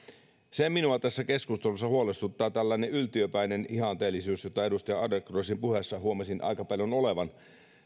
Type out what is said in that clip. tässä keskustelussa minua huolestuttaa tällainen yltiöpäinen ihanteellisuus jota edustaja adlercreutzin puheessa huomasin aika paljon olevan